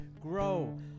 grow